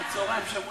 בושה.